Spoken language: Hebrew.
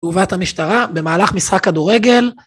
תגובת המשטרה במהלך משחק כדורגל.